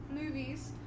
movies